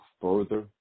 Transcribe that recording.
further